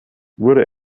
wurde